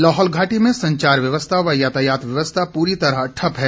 लाहौल घाटी में संचार व्यवस्था व यातायात व्यवस्था पूरी तरह ठप्प है